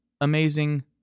Amazing